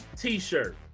t-shirt